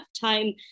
time